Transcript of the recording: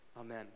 Amen